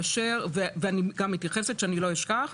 ואני גם מתייחסת שלא אשכח,